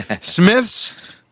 Smiths